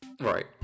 Right